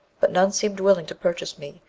but none seemed willing to purchase me,